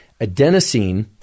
Adenosine